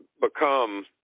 become